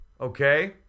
okay